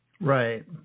Right